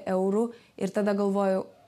eurų ir tada galvoju